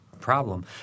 problem